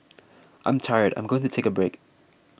I'm tired I'm going to take a break